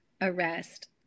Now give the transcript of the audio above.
arrest